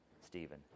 Stephen